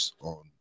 on